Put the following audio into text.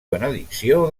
benedicció